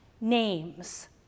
names